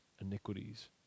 iniquities